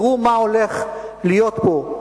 תראו מה הולך להיות פה.